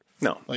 No